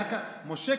זה הסבר מדהים.